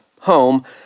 home